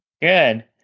Good